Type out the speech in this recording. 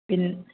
പിന്നെ